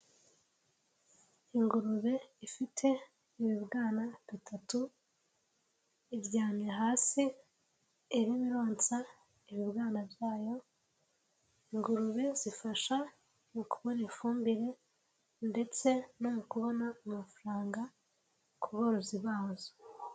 Ingurube ifite ibibwana bitatu iryamye hasi irimo ironza ibibwana byayo, ingurube zifasha mu kubona ifumbire ndetse no mu kubona amafaranga ku borozi bazo.